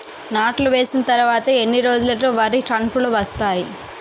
నాట్లు వేసిన తర్వాత ఎన్ని రోజులకు వరి కంకులు వస్తాయి?